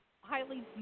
highly